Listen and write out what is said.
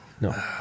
No